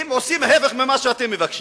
הם עושים ההיפך ממה שאתם מבקשים.